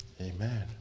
Amen